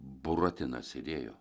buratinas sėdėjo